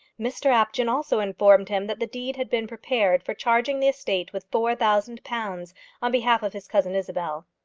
mr apjohn also informed him that the deed had been prepared for charging the estate with four thousand pounds on behalf of his cousin isabel.